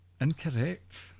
Incorrect